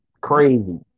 Crazy